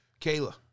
Kayla